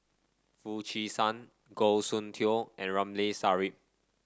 Foo Chee San Goh Soon Tioe and Ramli Sarip